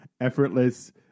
effortless